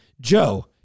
Joe